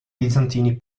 bizantini